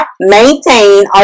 maintain